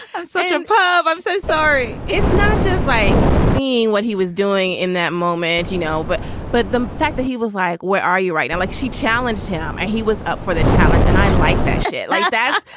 i'm sorry i'm ah i'm so sorry it's not just like seeing what he was doing in that moment you know. but but the fact that he was like where are you right. i like she challenged him and he was up for the challenge and i like that shit like that.